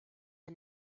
der